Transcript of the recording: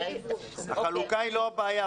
החלוקה היא לא הבעיה,